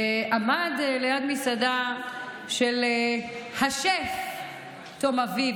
עמד ליד מסעדה של השף טום אביב,